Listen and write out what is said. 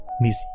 miss